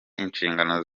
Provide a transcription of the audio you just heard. inshingano